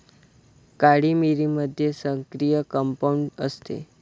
काळी मिरीमध्ये सक्रिय कंपाऊंड असते